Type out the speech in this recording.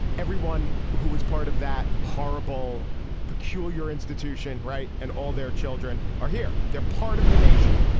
everyone who was part of that horrible peculiar institution. right and all their children are here. they're part of the nation.